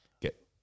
get